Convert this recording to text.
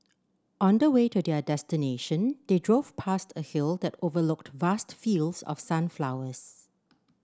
on the way to their destination they drove past a hill that overlooked vast fields of sunflowers